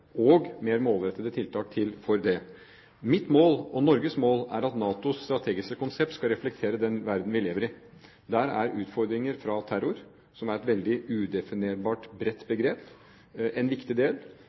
og mer målrettede tiltak til for det. Mitt mål og Norges mål er at NATOs strategiske konsept skal reflektere den verden vi lever i. Der er utfordringer fra terror, som er et veldig udefinerbart bredt